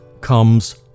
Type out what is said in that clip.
comes